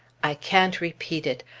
i can't repeat it.